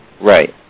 Right